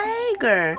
Tiger